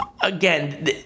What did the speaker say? again